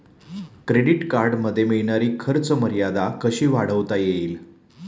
Credit कार्डमध्ये मिळणारी खर्च मर्यादा कशी वाढवता येईल?